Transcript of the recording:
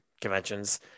conventions